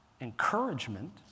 encouragement